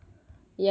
caveman ah